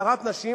הדרת נשים,